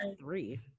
three